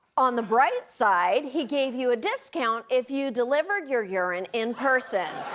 on the bright side, he gave you a discount if you delivered your urine in person.